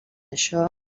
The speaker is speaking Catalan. això